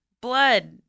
Blood